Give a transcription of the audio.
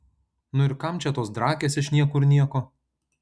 nu ir kam čia tos drakės iš niekur nieko